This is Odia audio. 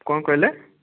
କ'ଣ କହିଲେ